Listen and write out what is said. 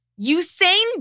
Usain